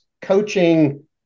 coaching